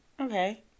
Okay